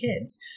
kids